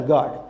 God